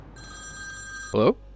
Hello